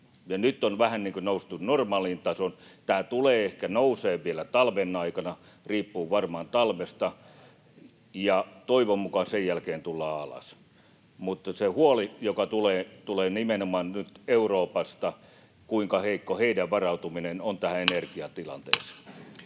nyt on vähän niin kuin noustu normaaliin tasoon. Tämä tulee ehkä nousemaan vielä talven aikana, riippuu varmaan talvesta, ja toivon mukaan sen jälkeen tullaan alas. Mutta se huoli, joka tulee nyt nimenomaan Euroopasta, on se, kuinka heikko heidän varautumisensa tähän energiatilanteeseen